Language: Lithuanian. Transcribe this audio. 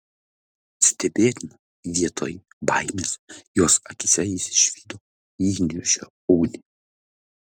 stebėtina vietoj baimės jos akyse jis išvydo įniršio ugnį